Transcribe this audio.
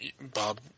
Bob